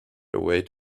await